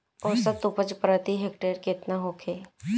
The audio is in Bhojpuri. औसत उपज प्रति हेक्टेयर केतना होखे?